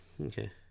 Okay